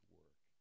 work